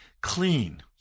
clean